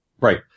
Right